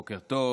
בוקר טוב.